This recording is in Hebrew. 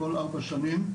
כל ארבע שנים.